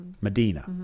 Medina